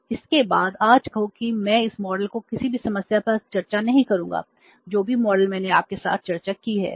तो इसके बाद आज कहो कि मैं इस मॉडल की किसी भी समस्या पर चर्चा नहीं करूंगा जो भी मॉडल मैंने आपके साथ चर्चा की है